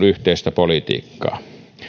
yhteistä politiikkaa